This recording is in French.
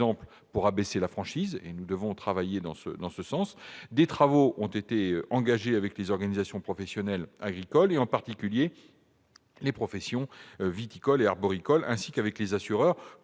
pour abaisser la franchise. Des travaux ont été engagés avec les organisations professionnelles agricoles, en particulier les professions viticoles et arboricoles, ainsi qu'avec les assureurs,